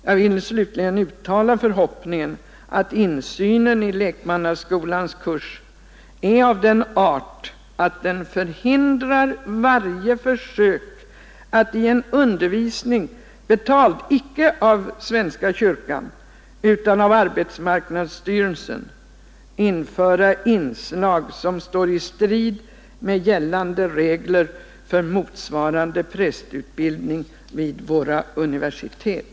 Jag vill slutligen uttala förhoppningen att insynen i Lekmannaskolans kurs är av den art att den förhindrar varje försök att i en undervisning, betald icke av svenska kyrkan utan av arbetsmarknadsstyrelsen, införa inslag som står i strid med gällande regler för motsvarande prästutbildning vid våra universitet.